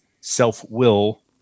self-will